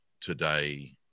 today